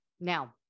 now